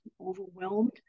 overwhelmed